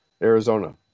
Arizona